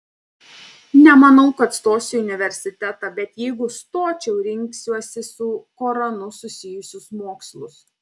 nemanau kad stosiu į universitetą bet jeigu stočiau rinksiuosi su koranu susijusius mokslus